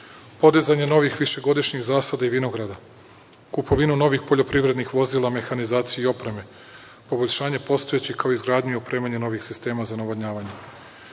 podizanje novih višegodišnjih zasada i vinograda, kupovinu novih poljoprivrednih vozila, mehanizacije i opreme, poboljšanje postojećih, kao i izgradnju i opremanje novih sistema za navodnjavanje.